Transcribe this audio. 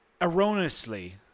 erroneously